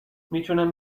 میتونم